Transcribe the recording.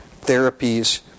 therapies